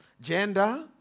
gender